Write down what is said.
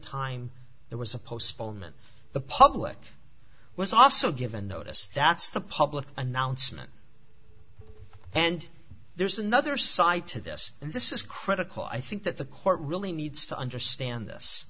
time there was a postponement the public i was also given notice that's the public announcement and there's another side to this and this is critical i think that the court really needs to understand